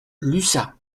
lussas